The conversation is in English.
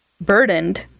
burdened